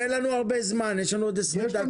אין לנו הרבה זמן, יש לנו עוד עשרים דקות.